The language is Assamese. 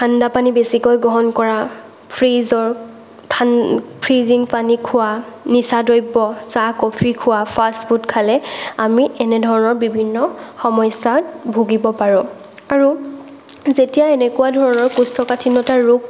ঠাণ্ডা পানী বেছিকৈ গ্ৰহণ কৰা ফ্ৰীজৰ ফ্ৰীজিং পানী খোৱা নিচা দ্ৰব্য চাহ কফি খোৱা ফাষ্ট ফুড খালে আমি এনে ধৰণৰ বিভিন্ন সমস্যাত ভোগিব পাৰোঁ আৰু যেতিয়া এনেকুৱা ধৰণৰ কৌষ্ঠকাঠিন্যতা ৰোগ